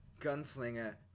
gunslinger